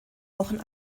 wochen